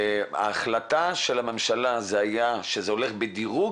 וההחלטה של הממשלה הייתה שזה הולך בדירוג?